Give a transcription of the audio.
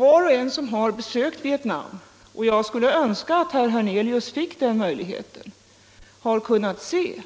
Var och en som har besökt Vietnam — och jag skulle önska att herr Hernelius fick den möjligheten — har kunnat se